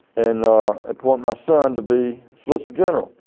and appoint my son to be solicitor general.